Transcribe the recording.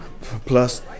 Plus